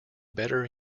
better